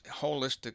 holistic